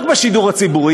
לא רק בשידור הציבורי,